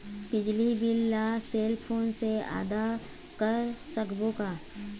बिजली बिल ला cell phone से आदा कर सकबो का?